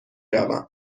روم